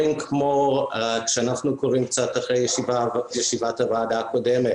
כאשר אנחנו קוראים אחרי ישיבת הוועדה הקודמת